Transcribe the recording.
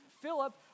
Philip